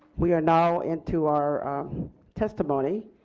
we are now into our testimony,